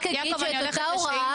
אני רק אגיד שאת אותה ההוראה,